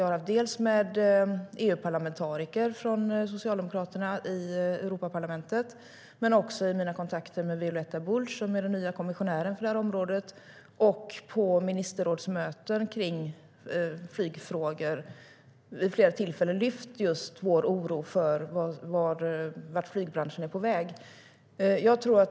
Jag har i kontakterna med socialdemokratiska EU-parlamentariker och i mina kontakter med Violeta Bulc, den nya kommissionären för det här området, samt på ministerrådsmöten om flygfrågor vid flera tillfällen lyft fram vår oro för vart flygbranschen är på väg.